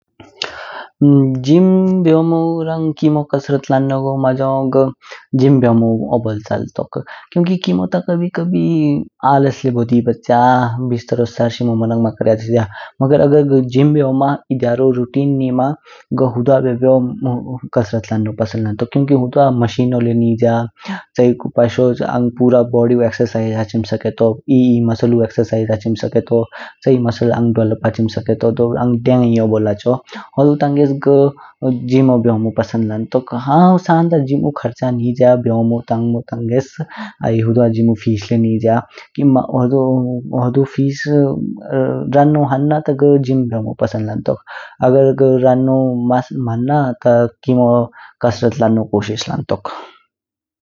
जिम बेमो रांग किमो कसरत लन्नो मजाओन घ जिम बेइमो ओबोल चलतेक। क्युकी किमो ता कबी कबी आल्स ले बोदि बछया, अः बिस्त्रो सरशिम लय मोनांग मा क्रागिगया, मगेर घ जिम बेइमो ए ध्यारु रुटीन निम, घ हुड़वा बियोबो कसरात लानो पसन्द लन्तोक। क्युकी हुड़वा मशीनो लय निजय, चिको पशोग आंग पूरा बोदि एकसरसाइज हाचिम सकेतो, ए ए मसलू एकसरसाइज हाचिम सकेतो, चाय मसाल डेवलप हाचिम सकेतो। दू आंग देयांग ही ओबोल हाचो, होडु टंगेस्त घ जिम बेइमो पसन्द लन्तोक। हन्न संडा जिमु खर्चा निजय बेइमो तंगमो टंगेस्त, आई हुड़वा जिमु फीस ले निगया। होडो फीस रानो हानम ता घ जिम बेइमो पसन्द लन्तोक, अगर घ रानो मंहन ता किमो कसरत लन्नो कोशिश लन्तोक।